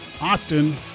Austin